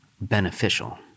beneficial